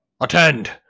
Attend